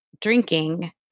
drinking